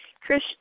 Chris